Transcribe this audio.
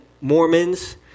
Mormons